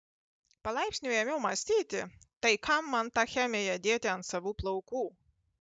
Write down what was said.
palaipsniui ėmiau mąstyti tai kam man tą chemiją dėti ant savų plaukų